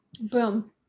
boom